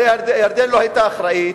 הרי ירדן לא היתה אחראית,